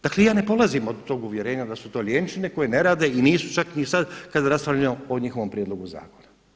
Dakle ja ne polazim od tog uvjerenja da su to lijenčine koje ne rade i nisu čak ni sada kada raspravljamo o njihovom prijedlogu zakona.